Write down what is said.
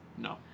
No